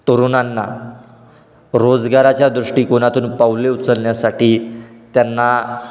तरुणांना रोजगाराच्या दृष्टिकोनातून पाऊले उचलण्यासाठी त्यांना